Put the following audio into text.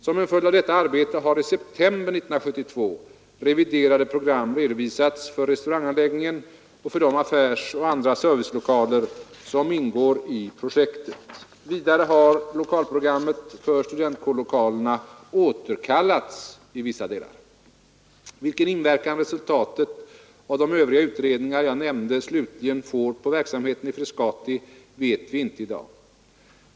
Som en följd av detta arbete har i september 1972 reviderade program redovisats för restauranganläggningen och för de affärsoch andra servicelokaler som ingår i projektet. Vidare har lokalprogrammet för studentkårslokaler återkallats i vissa delar. Vilken inverkan resultatet av de övriga utredningar jag nämnde slutligen får på verksamheten i Frescati vet vi inte i dag.